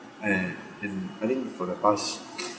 and in I think for the past